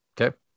Okay